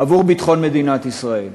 עבור ביטחון מדינת ישראל.